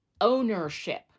ownership